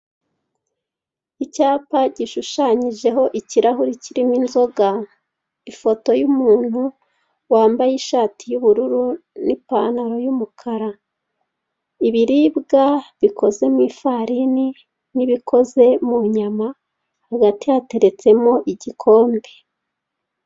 Icyapa gishushanyijeho ikirahuri kirimo inzoga, ifoto y'umuntu wambaye ishati y'ubururu n'ipantaro y'umukara, ibiribwa bikoze mu ifarini n'ibikoze mu inyama hagati hateretsemo igikombe .